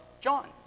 John